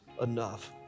enough